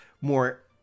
more